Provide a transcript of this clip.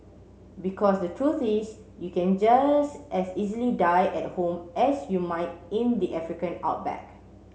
because the truth is you can just as easily die at home as you might in the African outback